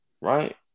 right